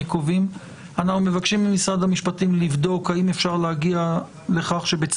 דבר ראשון, שכמעט, כמעט כל